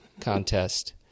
Contest